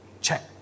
check